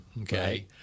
Okay